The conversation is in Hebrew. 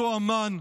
אותו המן,